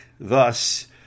Thus